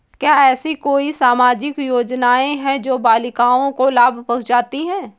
क्या ऐसी कोई सामाजिक योजनाएँ हैं जो बालिकाओं को लाभ पहुँचाती हैं?